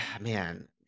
man